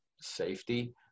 safety